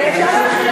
בבקשה.